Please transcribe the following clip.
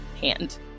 hand